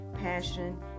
passion